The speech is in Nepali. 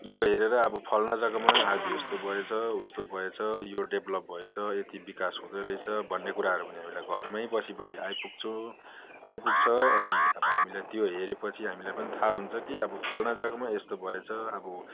यो हेरेर अब फलना जगामा आज यस्तो भएछ उस्तो भएछ यो डेभलोप भएछ यति विकास हुँदै रहेछ भन्ने कुराहरू भने हामीलाई घरमै बसी बसी आइपुग्छु आइपुग्छ अनि अब हामीलाई त्यो हेरे पछि हामीलाई पनि थाहा हुन्छ कि अब फलना जगामा यस्तो भएछ अब